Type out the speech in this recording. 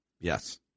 Yes